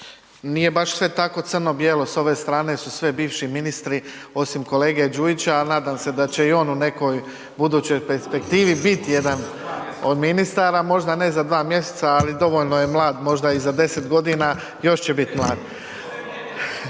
nije baš sve tako crno-bijelo. S ove strane su sve bivši ministri, osim kolege Đujića, al nadam se da će i on u nekoj budućoj perspektivi bit jedan od ministara, možda ne za dva mjeseca, ali dovoljno je mlad, možda i za 10.g. još će bit mlad.